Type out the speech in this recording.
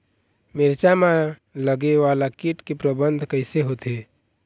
मिरचा मा लगे वाला कीट के प्रबंधन कइसे होथे?